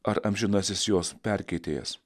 ar amžinasis jos perkeitėjas